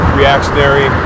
reactionary